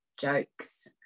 jokes